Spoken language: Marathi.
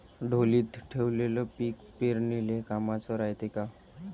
ढोलीत ठेवलेलं पीक पेरनीले कामाचं रायते का?